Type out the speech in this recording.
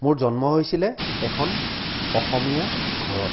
মোৰ জন্ম হৈছিলে এখন অসমীয়া ঘৰত